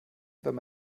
wenn